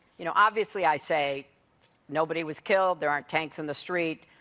you know, obviously i say nobody was killed, there aren't tanks in the street,